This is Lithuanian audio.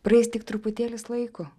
praeis tik truputėlis laiko